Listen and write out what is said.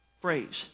phrase